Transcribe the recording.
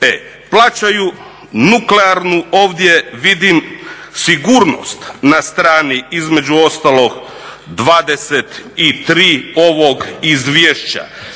Plaćaju nuklearnu ovdje vidim sigurnost na strani između ostalog 23 ovog izvješća.